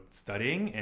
studying